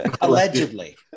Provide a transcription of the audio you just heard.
Allegedly